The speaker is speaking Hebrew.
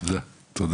תודה.